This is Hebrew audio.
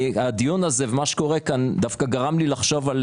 הדיון הזה ומה שקורה פה גרם לי לחשוב על